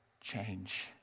change